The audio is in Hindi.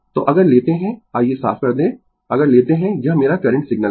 तो अगर लेते है आइये साफ कर दें अगर लेते है यह मेरा करंट सिग्नल है